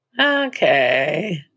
Okay